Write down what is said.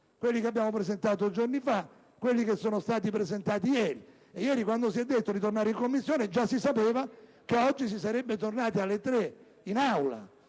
quelli che abbiamo presentato giorni fa e quelli che sono stati presentati ieri. Ieri, quando si è detto di tornare in Commissione, già si sapeva che oggi si sarebbe tornati alle ore 15 in Aula.